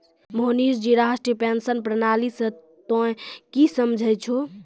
मोहनीश जी राष्ट्रीय पेंशन प्रणाली से तोंय की समझै छौं